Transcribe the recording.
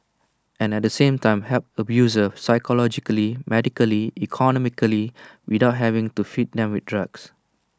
and at the same time help abusers psychologically medically economically without having to feed them with drugs